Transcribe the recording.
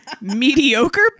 mediocre